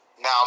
Now